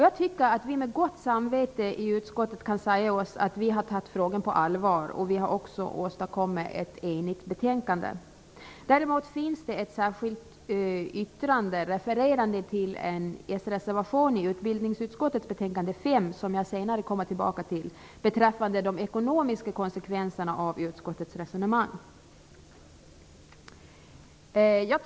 Jag tycker att vi i utskottet med gott samvete kan säga att vi har tagit frågan på allvar, och vi har också åstadkommit ett enigt betänkande. Däremot finns det ett särskilt yttrande, refererande till en sreservation till utbildningsutskottets betänkande 5, som jag senare kommer tillbaka till, beträffande de ekonomiska konsekvenserna av utskottets resonemang.